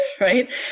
Right